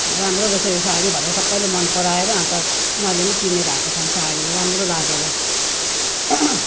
राम्रो रहेछ यो साडी भनेर सबैले मन पराएर अनि त उनीहरूले पनि किन्ने भएको छन् साडी राम्रो लागेर